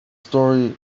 story